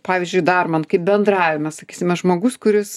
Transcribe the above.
pavyzdžiui dar man kaip bendravimas sakysime žmogus kuris